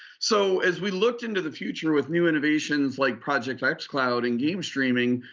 so as we looked into the future with new innovations like project xcloud and game streaming,